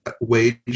wage